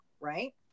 right